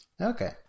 Okay